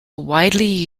widely